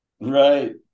Right